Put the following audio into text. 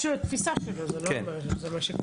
לתפיסה שלו, זה לא אומר שזה מה שזה.